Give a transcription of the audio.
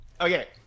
Okay